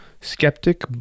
skeptic